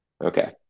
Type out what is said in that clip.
Okay